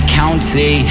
county